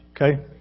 Okay